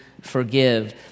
forgive